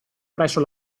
presso